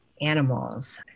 animals